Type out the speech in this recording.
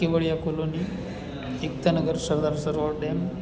Kevadia colony Ekta Nagar Sardar Sarovar dam